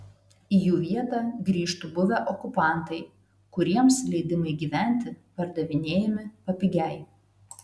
į jų vietą grįžtų buvę okupantai kuriems leidimai gyventi pardavinėjami papigiai